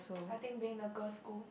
I think being in a girl's school